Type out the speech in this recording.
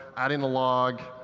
adding a log.